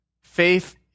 Faith